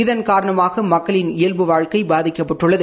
இதன் காரணமாக மக்களின் இயல்பு வாழ்க்கை பாதிக்கப்பட்டுள்ளது